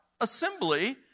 assembly